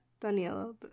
daniela